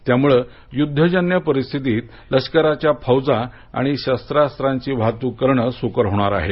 त्यामुळ युद्धजन्य परिस्थितीत लष्कराच्या फौजा आणि शस्त्रास्त्रांची वाहतूक करणं सुकर होणार आहे